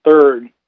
third